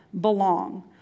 belong